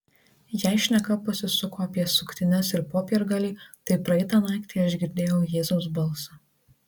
jei šneka pasisuko apie suktines ir popiergalį tai praeitą naktį aš girdėjau jėzaus balsą